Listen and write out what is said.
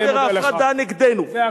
שגדר ההפרדה, נגדנו, תודה רבה.